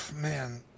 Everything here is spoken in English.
man